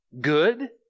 good